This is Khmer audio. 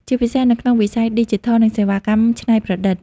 ជាពិសេសនៅក្នុងវិស័យឌីជីថល និងសេវាកម្មច្នៃប្រឌិត។